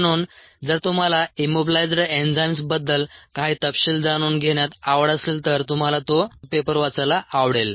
म्हणून जर तुम्हाला इम्मोबिलायइझ्ड एन्झाइम्सबद्दल काही तपशील जाणून घेण्यात आवड असेल तर तुम्हाला तो पेपर वाचायला आवडेल